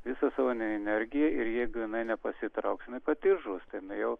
visą savo energiją ir jeigu jinai nepasitrauks jinai pati žus tai jinai jau